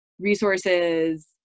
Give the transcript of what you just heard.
resources